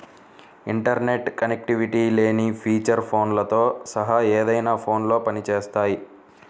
internet connectivity లేని feature ఫోన్లతో సహా ఏదైనా ఫోన్లో పని చేస్తాయి